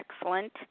excellent